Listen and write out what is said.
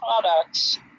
products